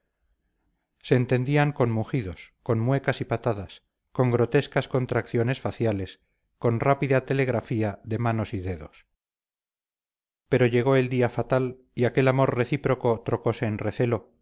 se entendían con mugidos con muecas y patadas con grotescas contracciones faciales con rápida telegrafía de manos y dedos pero llegó el día fatal y aquel amor recíproco trocose en recelo